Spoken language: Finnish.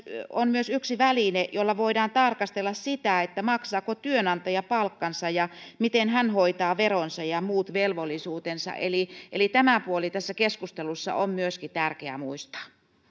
on myös yksi väline jolla voidaan tarkastella sitä maksaako työnantaja palkan ja miten hän hoitaa veronsa ja ja muut velvollisuutensa eli eli tämä puoli tässä keskustelussa on myöskin tärkeä muistaa